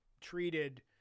treated